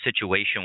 situation